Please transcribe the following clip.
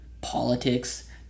politics